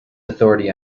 authority